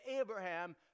Abraham